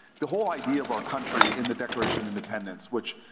the whole idea of our country in the declaration of independence, which,